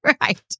right